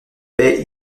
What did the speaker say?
baie